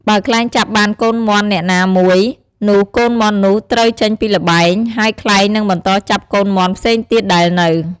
បើខ្លែងចាប់បានកូនមាន់នាក់ណាមួយ នោះកូនមាន់នោះត្រូវចេញពីល្បែង ហើយខ្លែងនឹងបន្តចាប់កូនមាន់ផ្សេងទៀតដែលនៅ។